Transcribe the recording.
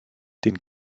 den